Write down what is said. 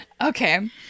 Okay